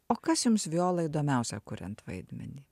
o kas jums viola įdomiausia kuriant vaidmenį